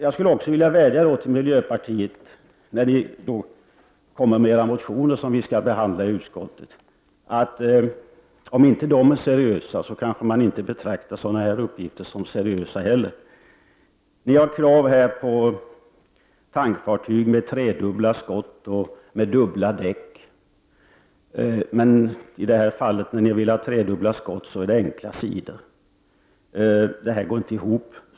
Jag vill rikta en vädjan till miljöpartiet när det gäller de motioner som vi skall behandla i utskottet. Är inte de motionerna seriösa kanske man inte heller betraktar sådana här uppgifter som seriösa. Ni ställer krav på tankfartyg med tredubbla skott och med dubbla däck. Men i de fall ni vill ha tredubbla skott är det fråga om enkla fartygssidor. Detta går inte ihop.